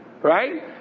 Right